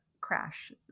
crash